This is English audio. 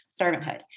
servanthood